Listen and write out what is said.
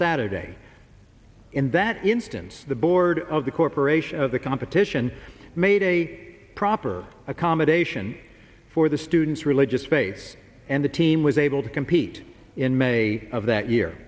saturday in that instance the board of the corporation of the competition made a proper accommodation for the students religious space and the team was able to compete in may of that year